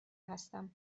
هستم